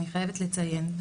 אני חייבת לציין,